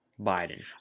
Biden